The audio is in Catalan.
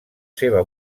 seva